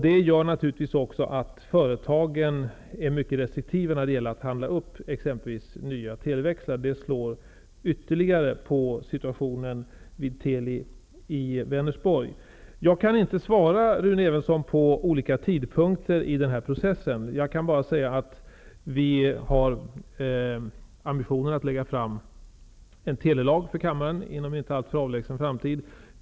Det gör naturligtvis att företagen är mycket restriktiva med att handla upp exempelvis nya televäxlar. Det påverkar ytterligare situationen vid Teli i Vänersborg. Jag kan inte svara på Rune Evenssons fråga om tidpunkten. Jag kan bara säga att vår ambition är att lägga fram ett förslag till telelag inom en inte alltför avlägsen framtid.